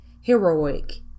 Heroic